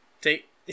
take